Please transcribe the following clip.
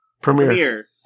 Premiere